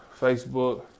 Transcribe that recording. Facebook